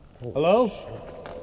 Hello